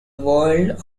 world